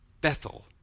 Bethel